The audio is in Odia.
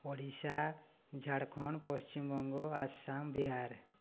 ଓଡ଼ିଶା ଝାଡ଼ଖଣ୍ଡ ପଶ୍ଚିମବଙ୍ଗ ଆସାମ ବିହାର